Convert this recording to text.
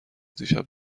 دیشب